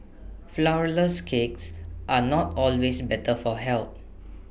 Flourless Cakes are not always better for health